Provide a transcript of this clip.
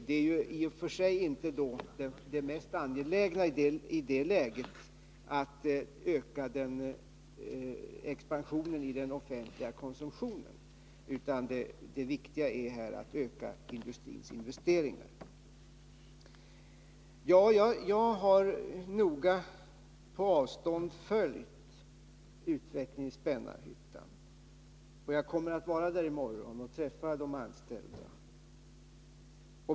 Det i och för sig mest angelägna i det läget är ju inte att öka expansionen i den offentliga konsumtionen, utan det viktiga är att öka industrins investeringar. Jag har på avstånd noga följt utvecklingen i Spännarhyttan, och jag kommer att vara där i morgon och träffa de anställda.